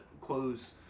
close